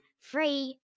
free